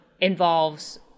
involves